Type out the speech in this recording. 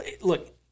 look